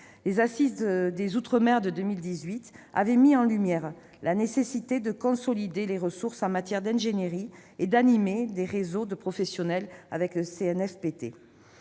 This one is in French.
Les assises des outre-mer de 2018 avaient mis en lumière la nécessité de consolider les ressources en matière d'ingénierie et d'animer des réseaux de professionnel avec le Centre